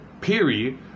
Period